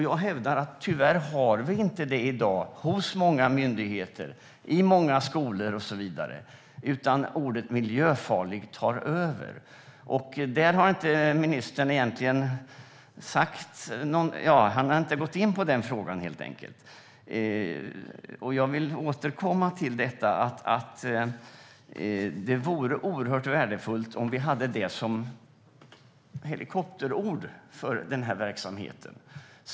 Jag hävdar att man tyvärr inte har det i dag hos många myndigheter, i många skolor och så vidare. Ordet miljöfarlig tar över. Ministern har helt enkelt inte gått in på den frågan. Jag vill återkomma till att det vore värdefullt om vi hade det som helikopterord för den här verksamheten.